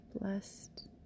blessed